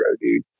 dude